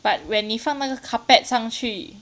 but when 你放那个 carpet 上去